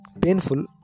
painful